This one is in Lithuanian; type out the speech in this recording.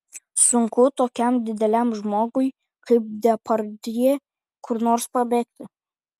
sunku tokiam dideliam žmogui kaip depardjė kur nors pabėgti